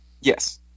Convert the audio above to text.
yes